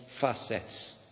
facets